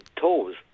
toes